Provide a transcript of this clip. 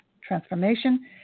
transformation